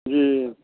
जी